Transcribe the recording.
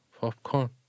popcorn